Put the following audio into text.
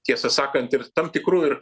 tiesą sakant ir tam tikrų ir